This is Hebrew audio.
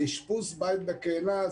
אשפוז בית בקהילה,